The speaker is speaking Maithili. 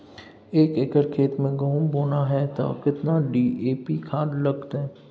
एक एकर खेत मे गहुम बोना है त केतना डी.ए.पी खाद लगतै?